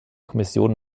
kommission